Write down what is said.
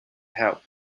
help